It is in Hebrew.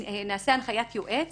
נעשה הנחיית יועץ